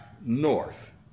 north